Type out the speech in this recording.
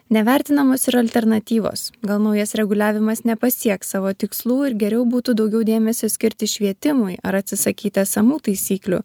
nevertinamos ir alternatyvos gal naujas reguliavimas nepasieks savo tikslų ir geriau būtų daugiau dėmesio skirti švietimui ar atsisakyti esamų taisyklių